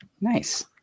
Nice